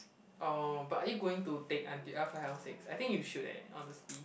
oh but are you going to take until L-five L-six I think you should eh honestly